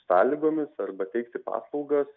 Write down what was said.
sąlygomis arba teikti paslaugas